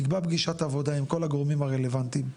נקבע פגישת עבודה, עם כל הגורמים הרלוונטיים,